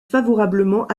favorablement